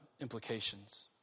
implications